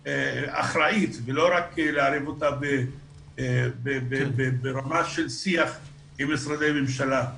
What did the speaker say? אחראית ולא רק לערב אותה ברמה של שיח עם משרדי ממשלה.